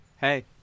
Hey